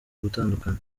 gutandukana